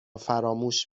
فراموش